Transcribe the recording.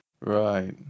Right